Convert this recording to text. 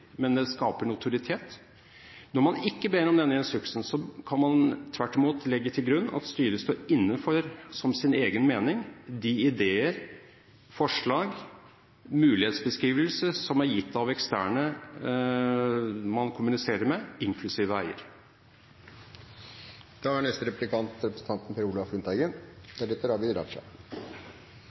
men det skaper notoritet. Når man ikke ber om denne instruksen, kan man tvert imot legge til grunn at styret står inne for – som sin egen mening – de ideer, forslag, mulighetsbeskrivelser som er gitt av eksterne man kommuniserer med, inklusive eier. Først må jeg takke representanten Tetzschner for at det er